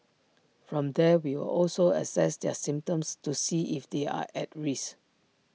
from there we'll also assess their symptoms to see if they're at risk